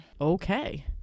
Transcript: okay